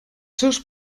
seus